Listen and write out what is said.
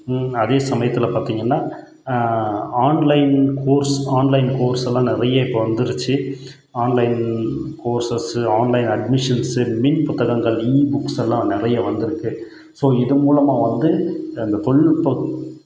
அதே சமயத்தில் பார்த்தீங்கன்னா ஆன்லைன் கோர்ஸ் ஆன்லைன் கோர்ஸ் எல்லாம் நிறைய இப்போ வந்துடுச்சு ஆன்லைன் கோர்ஸஸு ஆன்லைன் அட்மிஷன்ஸு மின் புத்தகங்கள் இபுக்ஸ் எல்லாம் நிறையா வந்திருக்கு ஸோ இது மூலமாக வந்து இந்த தொழில்நுட்பக்